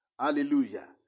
Hallelujah